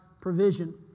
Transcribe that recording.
provision